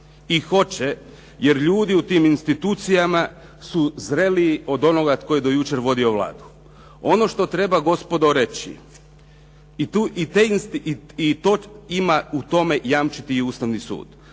i hoće jer ljudi u tim institucijama su zreliji od onoga tko je do jučer vodio Vladu. Ono što treba gospodo reći i to ima u tome jamčiti i Ustavni sud,